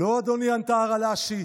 "לא, אדוני", ענתה הרל"שית.